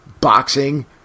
boxing